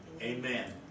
Amen